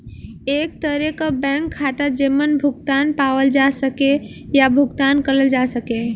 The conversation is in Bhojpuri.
एक तरे क बैंक खाता जेमन भुगतान पावल जा सके या भुगतान करल जा सके